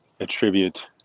attribute